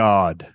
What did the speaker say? God